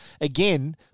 again